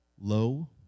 low